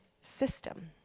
system